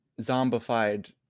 zombified